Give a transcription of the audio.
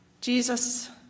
Jesus